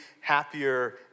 happier